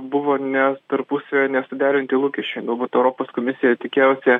buvo ne tarpusavyje nesuderinti lūkesčiai galbūt europos komisija tikėjosi